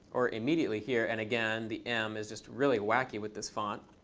or immediately here. and again, the m is just really wacky with this font.